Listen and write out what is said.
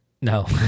No